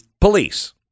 police